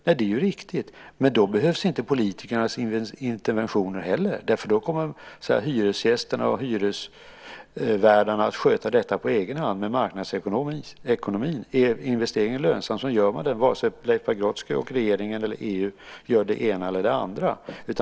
Nej, det är riktigt. Men då behövs inte politikernas interventioner heller. Då kommer hyresgästerna och hyresvärdarna att sköta detta på egen hand med marknadsekonomi. Är investeringen lönsam gör man den vare sig Leif Pagrotsky och regeringen eller EU gör det ena eller det andra.